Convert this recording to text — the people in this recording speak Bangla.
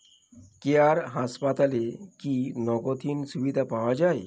কেয়ার হাসপাতালে কি নগদহীন সুবিধা পাওয়া যায়